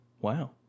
Wow